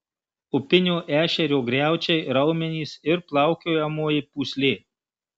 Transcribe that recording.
upinio ešerio griaučiai raumenys ir plaukiojamoji pūslė